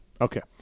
Okay